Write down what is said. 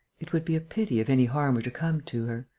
it would be a pity if any harm were to come to her.